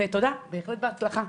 ותודה, ובהצלחה.